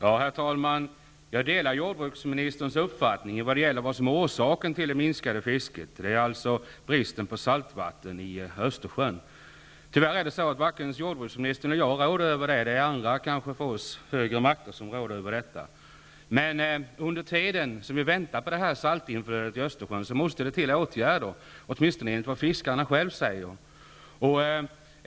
Herr talman! Jag delar jordbruksministerns uppfattning i vad gäller orsaken till det minskade fisket, dvs. bristen på saltvatten i Östersjön. Tyvärr råder varken jag eller jordbruksministern över detta, utan det är det högre makter som gör. Under tiden som man väntar på saltinflödet till Östersjön måste det till åtgärder, åtminstone enligt fiskarna själva.